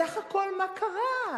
בסך הכול מה קרה?